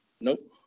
Nope